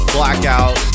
Blackout